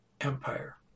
Empire